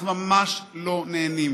אנחנו ממש לא נהנים,